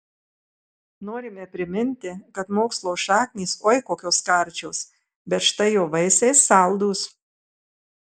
norime priminti kad mokslo šaknys oi kokios karčios bet štai jo vaisiai saldūs